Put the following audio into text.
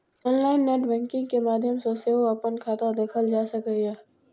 online net banking के माध्यम सं सेहो अपन खाता देखल जा सकैए